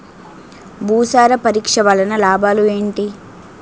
భూసార పరీక్ష వలన లాభాలు ఏంటి?